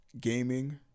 gaming